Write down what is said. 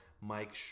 Mike